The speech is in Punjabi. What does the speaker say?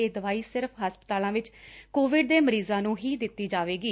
ਇਹ ਦਵਾਈ ਸਿਰਫ ਹਸਪਤਾਲਾਂ ਵਿਚ ਕੋਵਿਡ ਦੇ ਮਰੀਜ਼ਾਂ ਨੂੰ ਹੀ ਦਿੱਤੀ ਜਾਵੇਗੀ